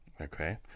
Okay